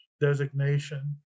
designation